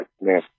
man